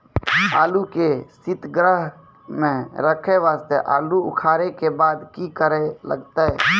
आलू के सीतगृह मे रखे वास्ते आलू उखारे के बाद की करे लगतै?